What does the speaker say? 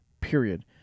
period